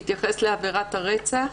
בהתייחס לעבירת הרצח.